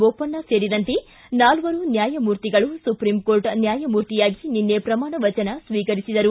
ಬೋಪಣ್ಣ ಸೇರಿದಂತೆ ನಾಲ್ವರು ನ್ಕಾಯಮೂರ್ತಿಗಳು ಸುಪ್ರೀಂ ಕೋರ್ಟ್ ನ್ಯಾಯಮೂರ್ತಿಯಗಿ ನಿನ್ನೆ ಪ್ರಮಾಣ ವಚನ ಸ್ವೀಕರಿಸಿದರು